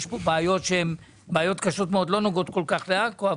יש בעיות קשות מאוד שלא נוגעות כל כך לעכו,